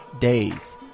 days